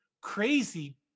crazy